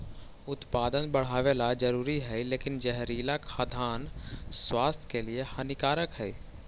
उत्पादन बढ़ावेला जरूरी हइ लेकिन जहरीला खाद्यान्न स्वास्थ्य के लिए हानिकारक हइ